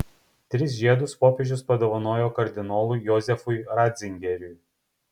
tris žiedus popiežius padovanojo kardinolui jozefui ratzingeriui